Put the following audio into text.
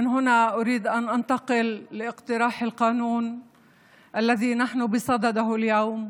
מכאן ברצוני לעבור אל הצעת החוק שאנו דנים בו היום,